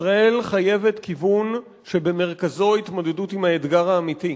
ישראל חייבת כיוון שבמרכזו התמודדות עם האתגר האמיתי,